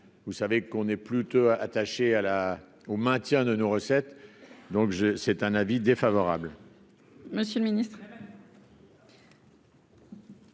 vous savez qu'on est plutôt attaché à la au maintien de nos recettes, donc je, c'est un avis défavorable.